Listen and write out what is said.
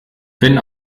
wenn